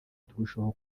turusheho